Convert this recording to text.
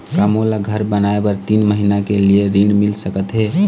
का मोला घर बनाए बर तीन महीना के लिए ऋण मिल सकत हे?